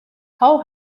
cow